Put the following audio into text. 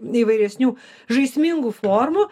įvairesnių žaismingų formų